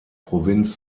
provinz